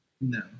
No